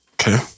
Okay